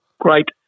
great